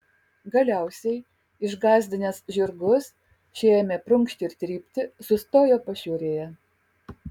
galiausiai išgąsdinęs žirgus šie ėmė prunkšti ir trypti sustojo pašiūrėje